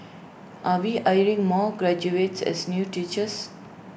are we hiring more graduates as new teachers